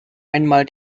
einmal